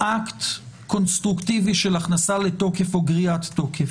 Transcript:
אקט קונסטרוקטיבי של הכנסה לתוקף או גריעת תוקף.